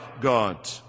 God